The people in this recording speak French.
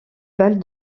balle